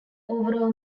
overall